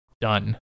done